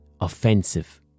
offensive